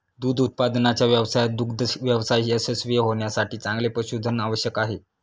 दूध उत्पादनाच्या व्यवसायात दुग्ध व्यवसाय यशस्वी होण्यासाठी चांगले पशुधन आवश्यक आहे